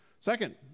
Second